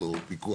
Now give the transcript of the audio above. המשך.)